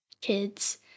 kids